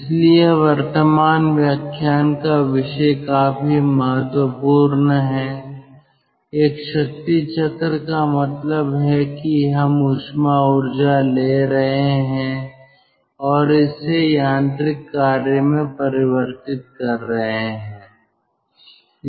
इसलिए वर्तमान व्याख्यान का विषय काफी महत्वपूर्ण है एक शक्ति चक्र का मतलब है कि हम ऊष्मा ऊर्जा ले रहे हैं और इसे यांत्रिक कार्य में परिवर्तित कर रहे हैं